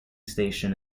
station